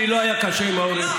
לי לא היה קשה עם ההורים.